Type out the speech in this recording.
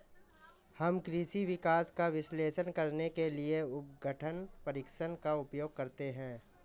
हम कृषि विकास का विश्लेषण करने के लिए अपघटन परीक्षण का उपयोग करते हैं